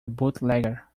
bootlegger